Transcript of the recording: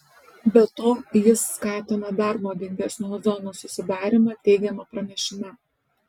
be to jis skatina dar nuodingesnio ozono susidarymą teigiama pranešime